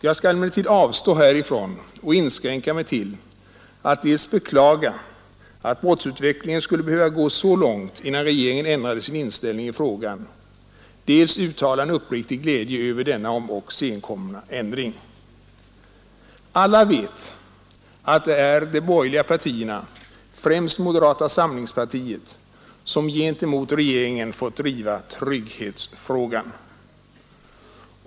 Jag skall emellertid avstå härifrån och inskränka mig till att dels beklaga att brottsutvecklingen skulle behöva gå så långt innan regeringen ändrade sin inställning i frågan, dels uttala en uppriktig glädje över denna om ock senkomna ändring. Alla vet att det är de borgerliga partierna, främst moderata samlingspartiet, som gentemot regeringen fått driva trygghetsfrågan.